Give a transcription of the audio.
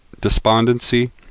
despondency